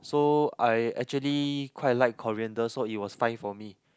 so I actually quite like coriander so it was fine for me